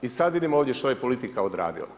I sad vidimo ovdje što je politika odradila.